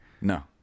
No